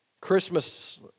Christmas